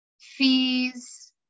fees